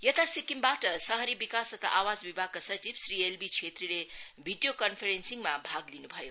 यता सिक्किमबाट शहरी विकास तथा आवास विभागका सचिव श्री एलबी छेत्रीले भिडीयो कन्फरेन्सिङ मा भाग लिन्भयो